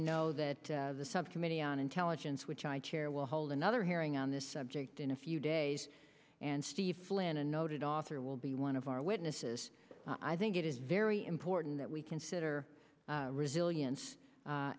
know that the subcommittee on intelligence which i chair will hold another hearing on this subject in a few days and steve flynn a noted author will be one of our witnesses i think it is very important that we consider resilience